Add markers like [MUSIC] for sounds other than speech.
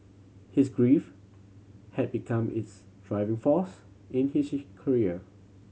his grief had become his driving force in his [UNINTELLIGIBLE] career